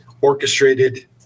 orchestrated